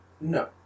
No